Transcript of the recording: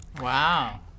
Wow